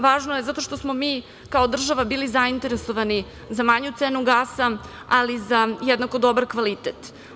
Važno je zato što smo mi kao država bili zainteresovani za manju cenu gasa, ali i za jednako dobar kvalitet.